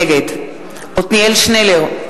נגד עתניאל שנלר,